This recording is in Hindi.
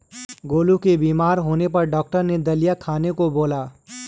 गोलू के बीमार होने पर डॉक्टर ने दलिया खाने का बोला